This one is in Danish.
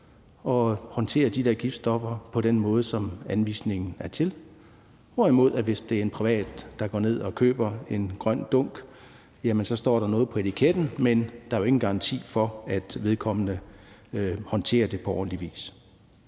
og håndtere de her giftstoffer på den måde, som anvisningen siger, hvorimod hvis det er en privat, der går ned og køber en grøn dunk, ja, så står der noget på etiketten, men der er jo ingen garanti for, at vedkommende håndterer det på ordentlig vis.